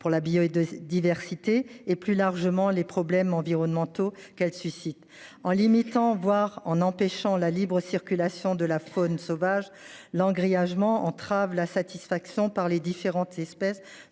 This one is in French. pour la bio diversité et plus largement les problèmes environnementaux qu'elle suscite en limitant voire en empêchant la libre circulation de la faune sauvage l'grillage ment entrave la satisfaction par les différentes espèces